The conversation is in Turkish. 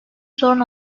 sorun